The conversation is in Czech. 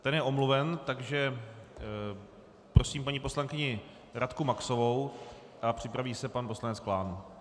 Ten je omluven, takže prosím paní poslankyni Radku Maxovou a připraví se pan poslanec Klán.